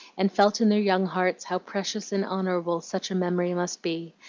and felt in their young hearts how precious and honorable such a memory must be,